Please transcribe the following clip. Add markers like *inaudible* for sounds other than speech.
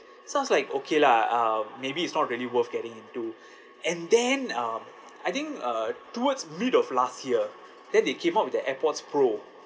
so I was like okay lah um maybe it's not really worth getting into *breath* and then um I think uh towards mid of last year then they came up with the airpods pro